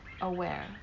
aware